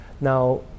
Now